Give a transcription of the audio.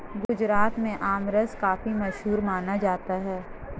गुजरात में आमरस काफी मशहूर माना जाता है